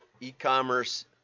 e-commerce